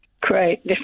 great